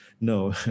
no